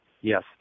yes